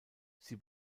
sie